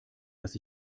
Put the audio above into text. dass